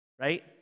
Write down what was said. right